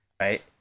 right